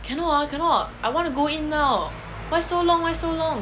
cannot ah cannot I want to go in now why so long why so long